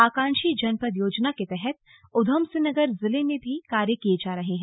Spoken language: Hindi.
आकांक्षी जनपद योजना के तहत उधमसिंह नगर जिले में भी कार्य किये जा रहे हैं